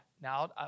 now